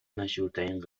مشهورترین